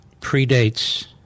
predates